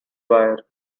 wire